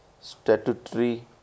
Statutory